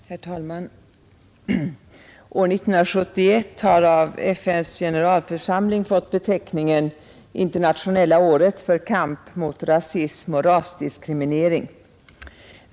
Herr talman! År 1971 har av FN:s generalförsamling fått beteckningen ”internationella året för kamp mot rasism och rasdiskriminering”.